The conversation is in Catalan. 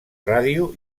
ràdio